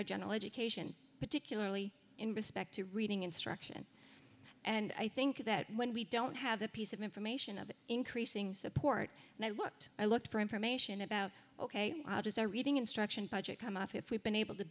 our general education particularly in respect to reading instruction and i think that when we don't have that piece of information of increasing support and i looked i looked for information about ok how does our reading instruction budget come up if we've been able to